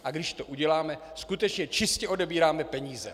A když to uděláme, skutečně čistě odebíráme peníze.